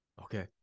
okay